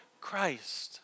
Christ